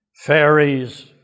fairies